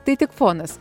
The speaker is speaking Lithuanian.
tai tik fonas